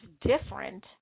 different